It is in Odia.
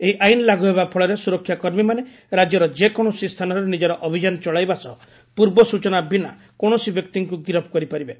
ଏହି ଆଇନ ଲାଗୁ ହେବା ଫଳରେ ସୁରକ୍ଷାକର୍ମୀମାନେ ରାଜ୍ୟର ଯେକୌଣସି ସ୍ଥାନରେ ନିଜର ଅଭିଯାନ ଚଳାଇବା ସହ ପୂର୍ବସୂଚନା ବିନା କୌଣସି ବ୍ୟକ୍ତିକୁ ଗିରଫ କରିପାରିବେ